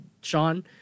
Sean